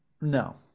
no